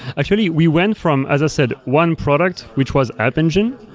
actually, we went from, as i said, one product, which was app engine,